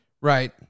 Right